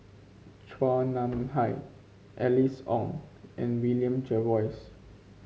Chua Nam Hai Alice Ong and William Jervois